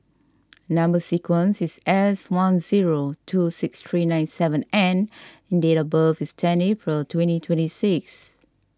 Number Sequence is S one zero two six three nine seven N and date of birth is tenth April twenty twenty six